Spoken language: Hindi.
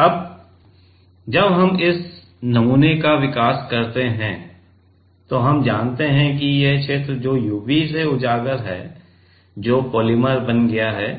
अब जब हम इस नमूने का विकास करते हैं तो हम जानते हैं कि यह क्षेत्र जो यूवी से उजागर है जो पोलिमर बन गया है